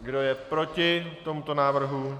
Kdo je proti tomuto návrhu?